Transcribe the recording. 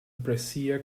brescia